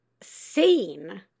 seen